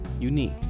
unique